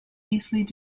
eastleigh